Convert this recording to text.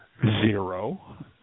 Zero